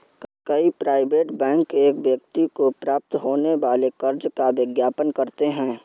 कई private bank एक व्यक्ति को प्राप्त होने वाले कर्ज का विज्ञापन करते हैं